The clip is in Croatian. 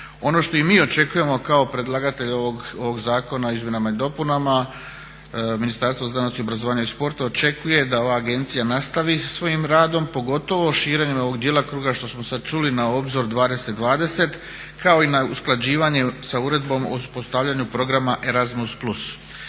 Ono što i mi očekujemo kao predlagatelj ovog zakona o izmjenama i dopunama Ministarstvo znanosti, obrazovanja i sporta očekuje da ova agencija nastavi sa svojim radom, pogotovo širenjem ovog dijela kruga što smo sad čuli na obzor 2020, kao i na usklađivanje sa uredbom o uspostavljanju programa Erasmus+.